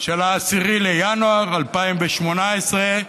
10 בינואר 2018,